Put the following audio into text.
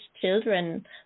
children